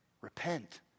Repent